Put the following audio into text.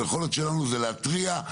היכולת שלנו זה להתריע,